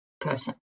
person